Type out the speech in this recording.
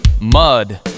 mud